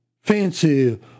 fancy